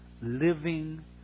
living